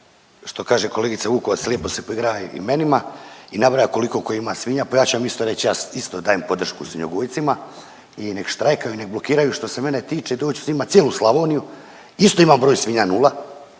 što kaže kolegica Vukovac lijepo se poigrava imenima i nabraja koliko ko ima svinja, pa ja ću vam isto reć, ja isto dajem podršku svinjogojcima i nek štrajkaju i nek blokiraju što se mene tiče … s njima cijelu Slavoniju, isto imam broj svinja nula,